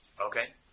Okay